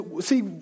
see